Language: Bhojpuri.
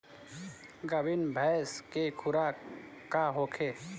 गाभिन भैंस के खुराक का होखे?